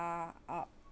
uh